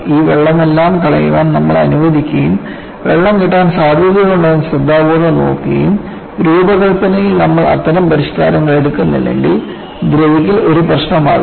ഈ വെള്ളമെല്ലാം കളയാൻ നമ്മൾ അനുവദിക്കുകയും വെള്ളം കെട്ടാൻ സാധ്യതയുണ്ടോ എന്ന് ശ്രദ്ധാപൂർവ്വം നോക്കുകയും രൂപകൽപ്പനയിൽ നമ്മൾ അത്തരം പരിഷ്കാരങ്ങൾ എടുക്കുന്നില്ലെങ്കിൽ ദ്രവിക്കൽ ഒരു പ്രശ്നമാകും